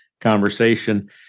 conversation